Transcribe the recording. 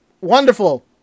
Wonderful